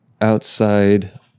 outside